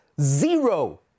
zero